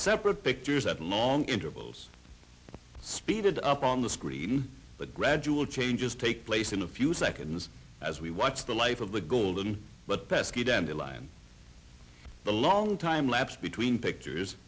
separate pictures at long intervals speeded up on the screen but gradual changes take place in a few seconds as we watch the life of the golden but pesky down the line a long time lapse between pictures